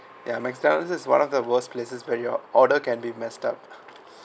ya McDonald's is one of the worst places where your order can be messed up